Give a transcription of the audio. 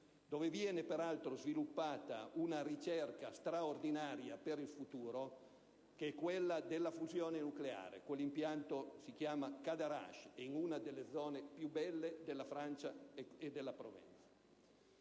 dove viene peraltro sviluppata una ricerca straordinaria per il futuro, che è quella della fusione nucleare con l'impianto Kadarash, sito in una delle zone più belle della Provenza e della Francia.